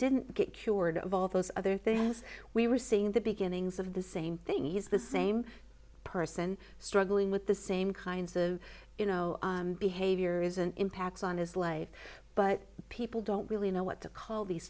didn't get cured of all those other things we were seeing the beginnings of the same thing he's the same person struggling with the same kinds of you know behavior is an impacts on his life but people don't really know what to call these